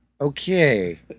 Okay